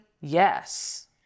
Yes